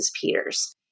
Peters